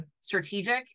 strategic